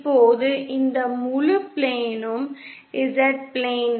இப்போது இந்த முழு பிளேனும் Z பிளேன்